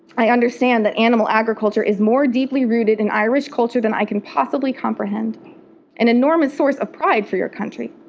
i understand that animal agriculture is more deeply rooted within and irish culture than i can possibly comprehend an enormous source of pride for your country,